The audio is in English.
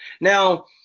Now